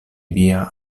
via